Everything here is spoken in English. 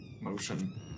motion